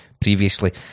Previously